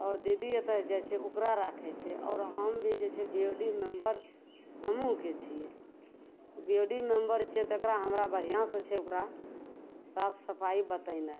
आओर दीदी एतऽ से जाइ छिए उपरा राखै छै आओर हम भी जे छै बी ओ डी मेम्बर समूहके छिए बी ओ डी मेम्बर छिए तकरा हमरा बढ़िआँसे छै ओकरा साफ सफाइ बतेनाइ